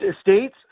State's